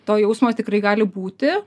to jausmo tikrai gali būti